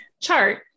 chart